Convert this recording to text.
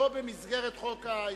ולא במסגרת חוק ההסדרים.